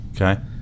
Okay